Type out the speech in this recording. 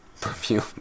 Perfume